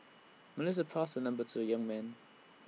Melissa passed her number to the young man